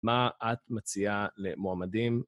מה את מציעה למועמדים?